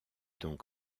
donc